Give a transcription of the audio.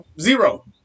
zero